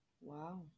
Wow